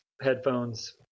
headphones